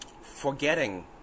forgetting